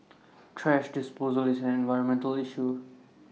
thrash disposal is an environmental issue